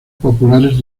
populares